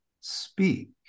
speak